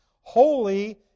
Holy